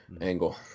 Angle